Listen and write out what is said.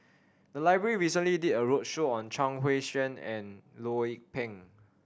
the library recently did a roadshow on Chuang Hui Tsuan and Loh Lik Peng